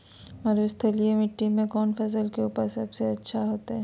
मरुस्थलीय मिट्टी मैं कौन फसल के उपज सबसे अच्छा होतय?